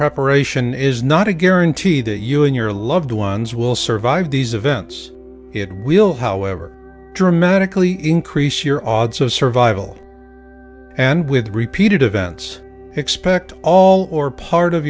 preparation is not a guarantee that you and your loved ones will survive these events it will however dramatically increase your odds of survival and with repeated events expect all or part of